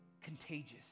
contagious